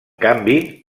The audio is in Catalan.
canvi